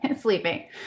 sleeping